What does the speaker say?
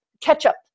Ketchup